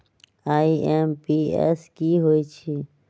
IMPS की होईछइ?